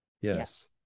Yes